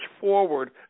Forward